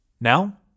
Now